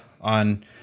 on